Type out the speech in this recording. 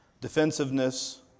defensiveness